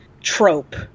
trope